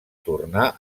tornar